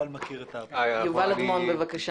את זה יובל מכיר.